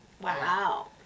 Wow